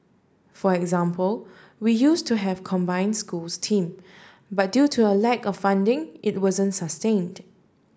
for example we used to have combined schools team but due to a lack of funding it wasn't sustained